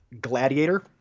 gladiator